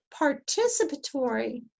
participatory